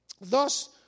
Thus